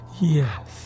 yes